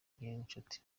niyonshuti